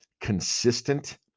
consistent